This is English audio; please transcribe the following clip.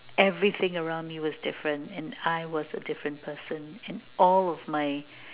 everything around me was different and I was a different person and all of my